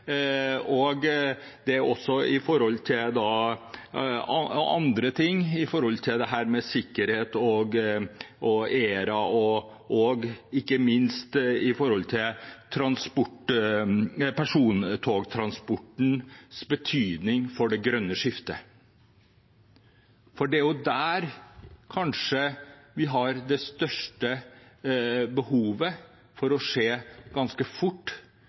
også når det gjelder andre ting, dette med sikkerhet og ERA og ikke minst persontogtransportens betydning for det grønne skiftet. For det er kanskje der det er størst behov for å se på ting ganske fort.